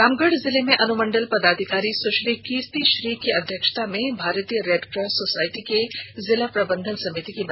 रामगढ़ जिले में अन्मंडल पदाधिकारी सुश्री कीति श्री की अध्यक्षता में भारतीय रेड कॉस सोसाईटी के जिला प्रबंधन समिति की बैठक संपन्न हुई